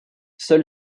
seul